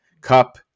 cup